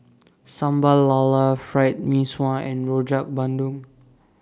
Sambal Lala Fried Mee Sua and Rojak Bandung